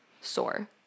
sore